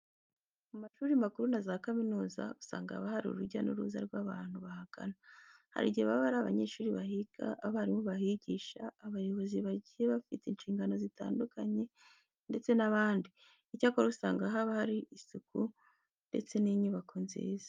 Mu mashuri makuru na za kaminuza usanga haba hari urujya n'uruza rw'abantu bahagana. Hari igihe baba ari abanyeshuri bahiga, abarimu bahigisha, abayobozi bagiye bafite inshingano zitandukanye ndetse n'abandi. Icyakora usanga haba hari isuku ndetse n'inyubako nziza.